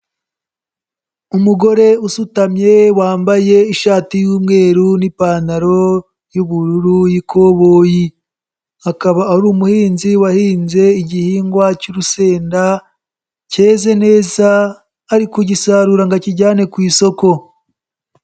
Umugore usutamye wambaye ishati y'umweru n'ipantaro y'ubururu y'ikoboyi, akaba ari umuhinzi wahinze igihingwa cy'urusenda, cyeze neza, ari kugisarura ngo akijyane ku isoko.